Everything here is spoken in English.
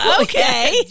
Okay